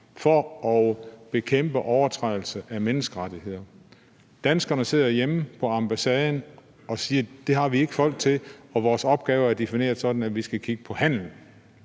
for at bekæmpe overtrædelse af menneskerettigheder. Danskerne sidder hjemme på ambassaden og siger: Det har vi ikke folk til, og vores opgave er defineret sådan, at vi skal kigge på handel.